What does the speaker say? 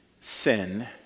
sin